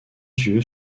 yeux